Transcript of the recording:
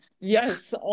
Yes